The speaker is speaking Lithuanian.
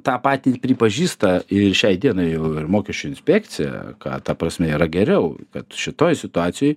tą patį pripažįsta ir šiai dienai jau ir mokesčių inspekcija ką ta prasme yra geriau kad šitoj situacijoj